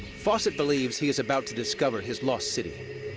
fawcett believes he is about to discover his lost city.